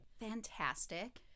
Fantastic